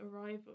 arrival